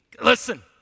Listen